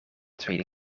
tweede